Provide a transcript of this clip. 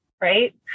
right